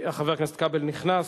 חבר הכנסת כבל נכנס.